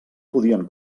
podien